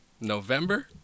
November